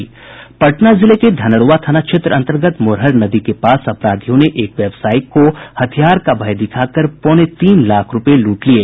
पटना जिले धनरूआ थाना क्षेत्र अंतर्गत मोरहर नदी के पास अपराधियों ने एक व्यवसायी को हथियार का भय दिखाकर पौने तीन लाख रुपये लूट लिये